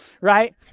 right